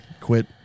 Quit